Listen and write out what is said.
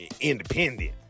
independent